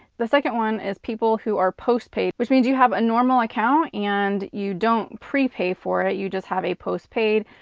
the second one is people who are post-paid, which means you have a normal account and you don't prepay for it, you just have a post-paid,